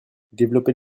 développer